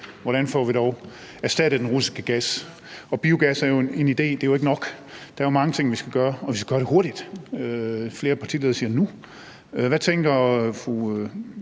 Hvordan får vi dog erstattet den russiske gas? Biogas er jo en idé, men det er ikke nok. Der er mange ting, vi skal gøre, og vi skal gøre det hurtigt; flere partiledere siger nu. Hvad tænker fru